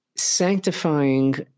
Sanctifying